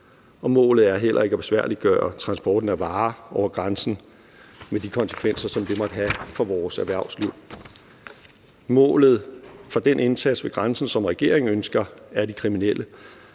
målet er heller ikke at besværliggøre transporten af varer over grænsen med de konsekvenser, som det måtte have for vores erhvervsliv. Målet for den indsats ved grænsen, som regeringen ønsker, er de kriminelle,